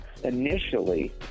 Initially